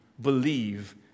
believe